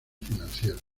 financieros